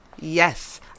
Yes